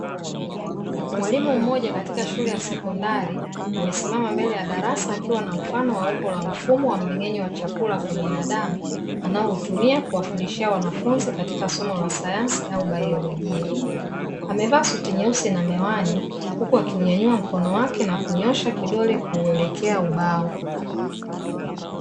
Mwalimu mmoja katika shule ya sekondari, amesimama mbele ya darasa akiwa na mfano wa umbo la mfumo wa mmeng'enyo wa chakula kwa binadamu, anaoutumia kuwafundishia wanafunzi katika somo la sayansi au biolojia. Amevaa suti nyeusi na miwani, huku akiunyanyua mkono wake na kunyoosha kidole kuuelekea ubao.